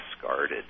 discarded